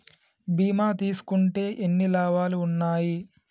బీమా తీసుకుంటే ఎన్ని లాభాలు ఉన్నాయి?